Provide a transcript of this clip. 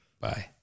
Bye